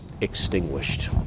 extinguished